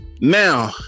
Now